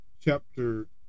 chapter